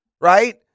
Right